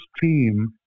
team